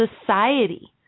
society